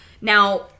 Now